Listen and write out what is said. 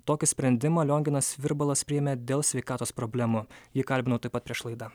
tokį sprendimą lionginas virbalas priėmė dėl sveikatos problemų jį kalbinau taip pat prieš laidą